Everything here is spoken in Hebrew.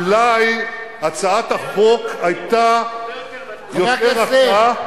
אולי הצעת החוק היתה יותר רכה,